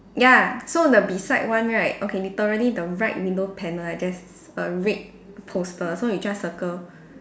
ya so the beside one right okay literally the right window panel there's a red poster so you just circle